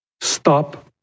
Stop